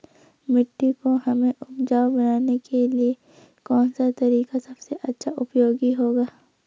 मिट्टी को हमें उपजाऊ बनाने के लिए कौन सा तरीका सबसे अच्छा उपयोगी होगा?